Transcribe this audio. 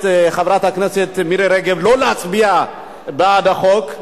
חברת הכנסת מירי רגב שלא להצביע בעד החוק.